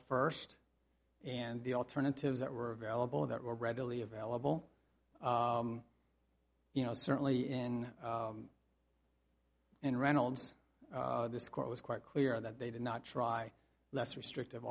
first and the alternatives that were available that were readily available you know certainly in and reynolds this court was quite clear that they did not try less restrictive